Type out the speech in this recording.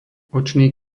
očný